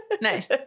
nice